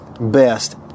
best